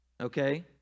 Okay